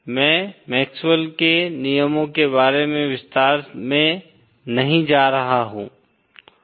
मैं मैक्सवेल के नियमों के बारे में विस्तार में नहीं जा रहा हूं